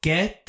Get